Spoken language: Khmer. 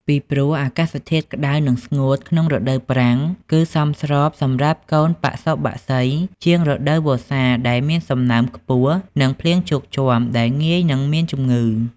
ពីព្រោះអាកាសធាតុក្តៅនិងស្ងួតក្នុងរដូវប្រាំង គឺសមស្របសម្រាប់កូនបសុបក្សីជាងរដូវវស្សាដែលមានសំណើមខ្ពស់និងភ្លៀងជោគជាំ ដែលងាយនិងមានជំងឺ។